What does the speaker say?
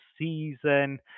season